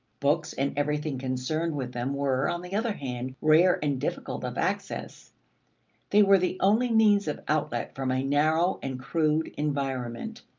books and everything concerned with them were, on the other hand, rare and difficult of access they were the only means of outlet from a narrow and crude environment.